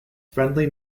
friendly